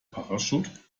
parachute